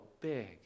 big